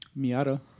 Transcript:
Miata